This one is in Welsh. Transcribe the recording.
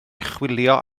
chwilio